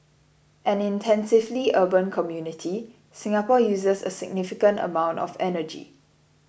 an intensively urban community Singapore uses a significant amount of energy